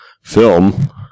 film